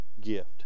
gift